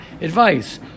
advice